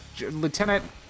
Lieutenant